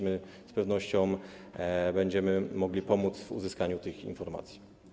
My z pewnością będziemy mogli pomóc w uzyskaniu tych informacji.